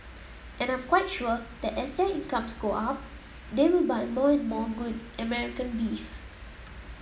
and I am quite sure that as their incomes go up they will buy more and more good American beef